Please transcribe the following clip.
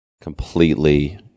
completely